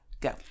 Go